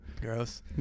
Gross